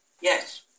Yes